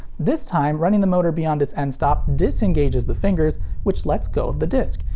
this time, running the motor beyond its end stop disengages the fingers, which lets go of the disc,